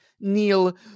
Neil